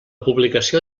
publicació